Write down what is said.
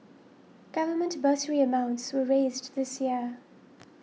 government bursary amounts were raised this year